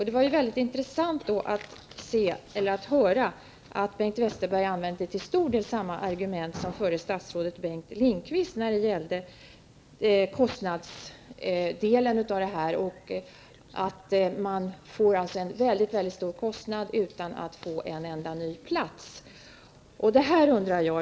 Det var väldigt intressant att höra att Bengt Westerberg har använt till stor del samma argument som förra statsrådet Bengt Lindqvist när det gällde kostnadsdelen, dvs. att man får en mycket stor kostnad utan att få en enda ny plats.